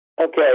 Okay